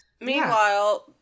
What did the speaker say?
Meanwhile